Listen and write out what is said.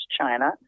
China